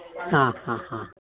ಹಾಂ ಹಾಂ ಹಾಂ